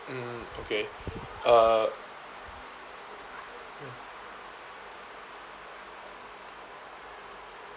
mm okay uh